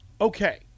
Okay